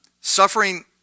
Suffering